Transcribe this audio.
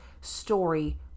story